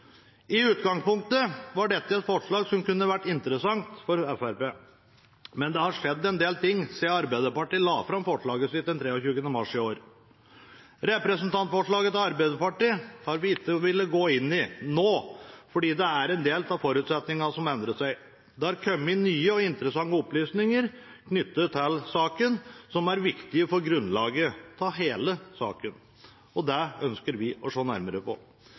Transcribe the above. I utgangspunktet var dette et forslag som kunne ha vært interessant for Fremskrittspartiet, men det har skjedd en del ting siden Arbeiderpartiet la fram forslaget sitt den 23. mars i år. Representantforslaget til Arbeiderpartiet har vi ikke villet gå inn i nå, fordi det er en del av forutsetningene som har endret seg. Det har kommet nye og interessante opplysninger knyttet til saken, som er viktige for grunnlaget til hele saken. Det ønsker vi å se nærmere på.